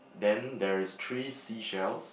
then there is three seashells